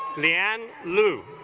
lee anne lu